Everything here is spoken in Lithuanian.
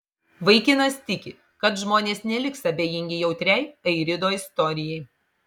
vaikinas tiki kad žmonės neliks abejingi jautriai airido istorijai